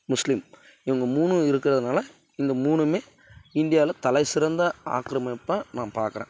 முஸ்லீம் இவங்க மூணு இருக்கிறதுனால இந்த மூணுமே இந்தியாவில தலைசிறந்த ஆக்கிரமிப்பாக நான் பார்க்குறேன்